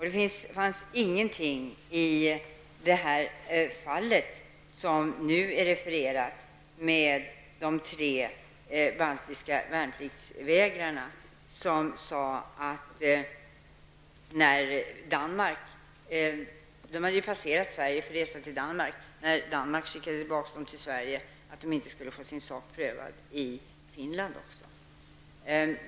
Det fanns ingenting i det nu refererade fallet, med de tre baltiska värnpliktsvägrarna som hade passerat Sverige för resa till Danmark, som sade att dessa balter, när Danmark skickade tillbaka dem till Sverige, inte skulle få sin sak prövad också i Finland.